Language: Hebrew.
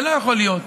זה לא יכול להיות,